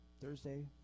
Thursday